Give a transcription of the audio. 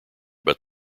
but